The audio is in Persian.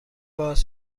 باز